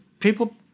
People